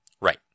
right